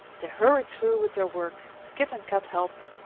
they hurried through with their work kit and kat helped.